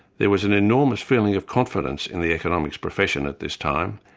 there was an enormous feeling of confidence in the economics profession at this time,